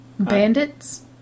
Bandits